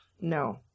No